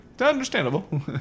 Understandable